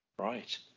Right